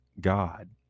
God